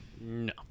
No